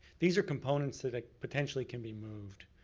these are components that ah potentially can be moved.